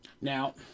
Now